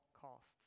costs